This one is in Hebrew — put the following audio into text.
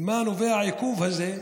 ממה נובע העיכוב הזה?